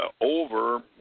over